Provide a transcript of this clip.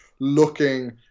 looking